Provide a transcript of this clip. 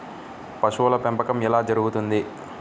పశువుల పెంపకం ఎలా జరుగుతుంది?